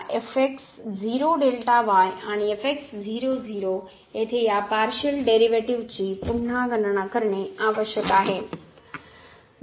तर आपल्याला येथे आणि येथे या पार्शियल डेरिव्हेटिव्हजची पुन्हा गणना करणे आवश्यक आहे